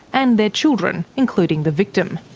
and their children, including the victim.